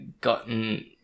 gotten